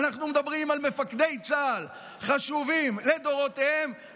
אנחנו מדברים על מפקדי צה"ל חשובים לדורותיהם,